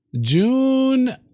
June